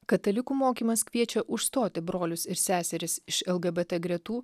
katalikų mokymas kviečia užstoti brolius ir seseris iš lgbt gretų